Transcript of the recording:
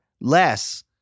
less